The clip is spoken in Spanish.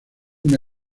una